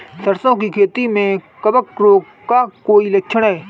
सरसों की खेती में कवक रोग का कोई लक्षण है?